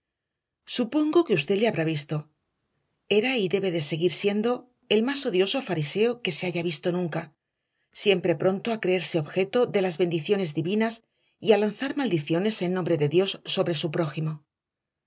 supongo que usted le habrá visto era y debe de seguir siendo el más odioso fariseo que se haya visto nunca siempre pronto a creerse objeto de las bendiciones divinas y a lanzar maldiciones en nombre de dios sobre su prójimo